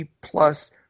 plus